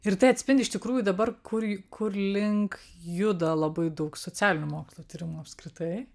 ir tai atspindi iš tikrųjų dabar kur į kur link juda labai daug socialinių mokslų tyrimų apskritai